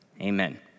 Amen